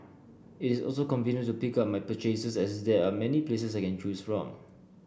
it is also convenient to pick up my purchases as there are many places I can choose from